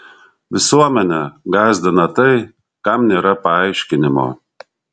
visuomenę gąsdina tai kam nėra paaiškinimo